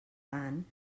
tant